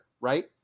right